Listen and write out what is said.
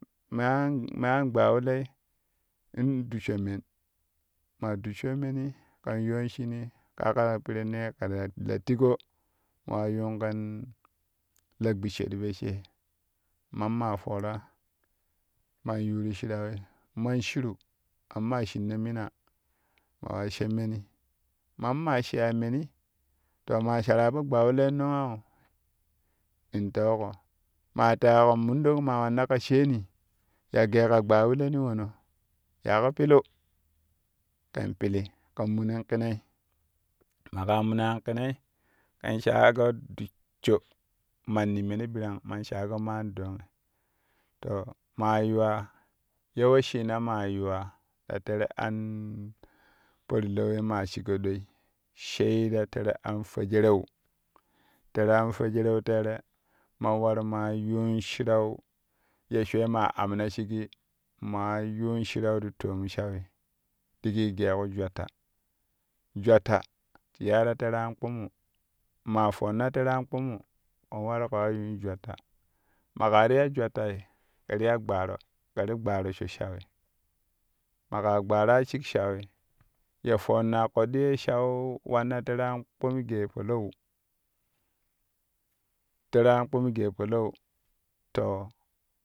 Me an me an gbawulei in dussho men maa dussho meni kɛn yoon shinii ka kaa pirennee kɛ la tigo mo wa yuunƙen la gbissho ti po lee mamma foora man yuuru shirawi man shiru mammaa shinno mina ma wa she meni mamma shiya meni to ma shara po gbawulei nongau in teuko maa teƙaƙo mundok ma wanna ka sheni ya gee ka gbawuleni wono yaƙo pilu kɛn pili kɛn minin kinei maƙa minan kinei kɛn shago dussho manni meni ɓirang man shago maan doongi to ma yuwaa ye wesshina maa yuwa ta tɛrɛ an parlau ye ma shigo ɗoi shee ta tɛrɛ an fwejereu tɛrɛ an fwejereu teer man waru maa yuun shirau ye shwee ma amma shigi maa yuun shirau ti toom shaui digi gee ku jwatta jwatta ti yai ta tɛrɛ an kpumu maa foonna tɛrɛ an kpumu kɛn waru kaa yuun jwatta maƙa ti ya jwattai kɛn ti ya gbaaro kɛ ti gbaaro sho shani maƙa gbaara shik shaui ye foonna koɗɗi ye shau wanna tɛrɛ an kpumu gee palau tɛrɛ an kpumu gee palau too.